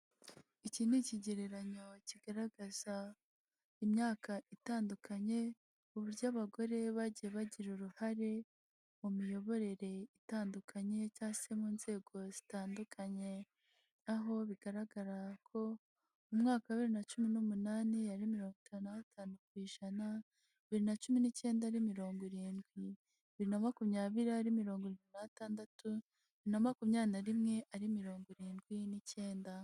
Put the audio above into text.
Iki ni ikigereranyo kigaragaza imyaka itandukanye, uburyo abagore bagiye bagira uruhare mu miyoborere itandukanye cyangwa se mu nzego zitandukanye. Aho bigaragara ko mu mwaka wa bibiri na cumi n'umunani yari mirongo itanu na batanu ku ijana, bibiri na cumi n'icyenda ari mirongo irindwi. Bibiri na makumyabiri ari mirongo irindwi na batandatu, bibiri na makumyabiri na rimwe ari mirongo irindwi n'icyenda.